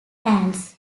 ants